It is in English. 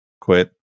quit